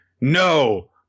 No